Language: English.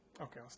okay